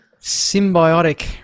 symbiotic